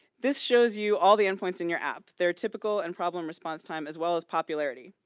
this shows you all the endpoints in your app, their typical and problem response time, as well as popularity.